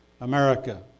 America